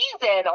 season